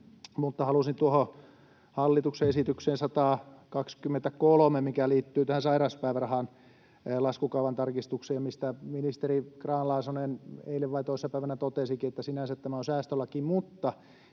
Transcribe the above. että halusin sanoa tuosta hallituksen esityksestä 123, mikä liittyy tähän sairauspäivärahan laskukaavan tarkistukseen — mistä ministeri Grahn-Laasonen eilen vai toissa päivänä totesikin, että sinänsä tämä on säästölaki — että